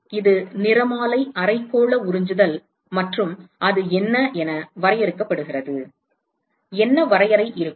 எனவே இது நிறமாலை அரைக்கோள உறிஞ்சுதல் மற்றும் அது என்ன என வரையறுக்கப்படுகிறது என்ன வரையறை இருக்கும்